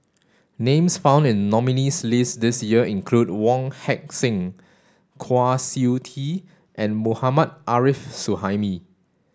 names found in nominees' list this year include Wong Heck Sing Kwa Siew Tee and Mohammad Arif Suhaimi